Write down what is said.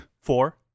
Four